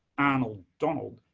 arnold donald,